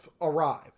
arrive